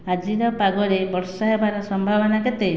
ଆଜିର ପାଗରେ ବର୍ଷା ହେବାର ସମ୍ଭାବନା କେତେ